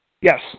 Yes